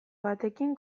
batekin